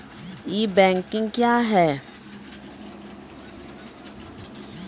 ई banking क्या हैं?